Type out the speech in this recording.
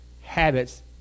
habits